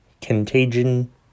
contagion